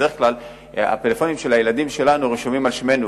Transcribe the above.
בדרך כלל הפלאפונים של הילדים שלנו רשומים על שמנו,